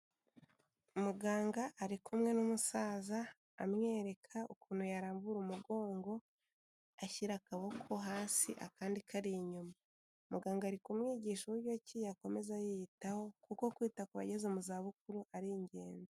Muganga ari kumwe n'umusaza amwereka ukuntu yarambura umugongo, ashyira akaboko hasi, akandi kari inyuma. Muganga ari kumwigisha uburyo ki yakomeza yiyitaho kuko kwita ku bageze mu zabukuru ari ingenzi.